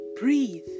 breathe